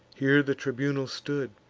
here the tribunal stood,